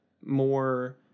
more